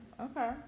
Okay